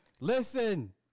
listen